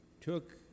took